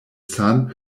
sun